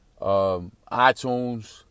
iTunes